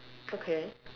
okay